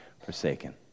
forsaken